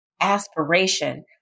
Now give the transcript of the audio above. aspiration